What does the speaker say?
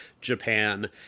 Japan